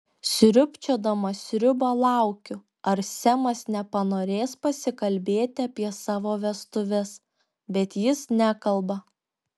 sriubčiodama sriubą laukiu ar semas nepanorės pasikalbėti apie savo vestuves bet jis nekalba